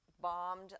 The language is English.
bombed